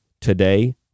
today